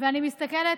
ואני מסתכלת,